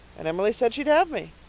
and emily said she'd have me.